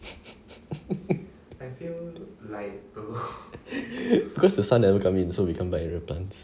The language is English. cause the sun ever come in so we come back and rear plants